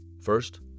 First